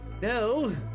No